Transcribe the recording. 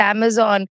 Amazon